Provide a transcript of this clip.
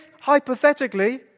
hypothetically